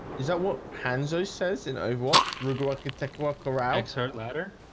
is that what hanzo says in overwatch rigaud could take a walk around don't ladder